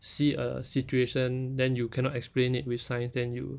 see a situation then you cannot explain it with science then you